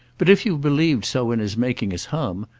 but if you've believed so in his making us hum,